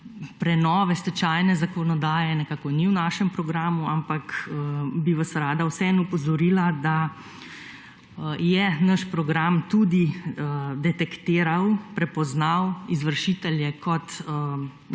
prenove stečajne zakonodaje nekako ni v našem programu, ampak bi vas rada vseeno opozorila, da je naš program tudi detektiral, prepoznal izvršitelje kot